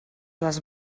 les